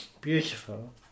beautiful